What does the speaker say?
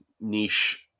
niche